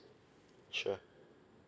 sure